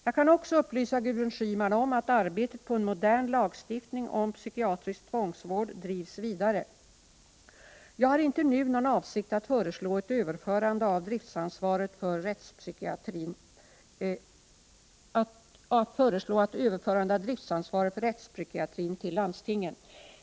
Jag kan också upplysa Gudrun Schyman om att arbetet på en modern lagstiftning om psykiatrisk tvångsvård drivs vidare. Jag har inte nu någon avsikt att föreslå ett överförande av driftsansvaret för rättspsykiatrin till landstingen.